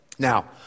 Now